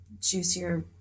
juicier